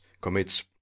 commits